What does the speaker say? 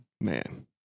Man